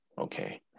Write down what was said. Okay